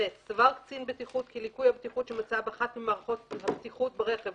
(ב) סבר קצין בטיחות כי ליקוי הבטיחות שמצא באחת ממערכות הבטיחות ברכב